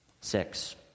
Six